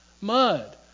Mud